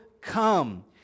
come